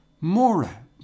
Mora